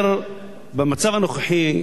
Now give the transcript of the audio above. במצב הנוכחי,